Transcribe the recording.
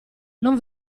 non